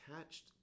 attached